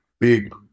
Big